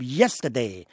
yesterday